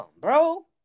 bro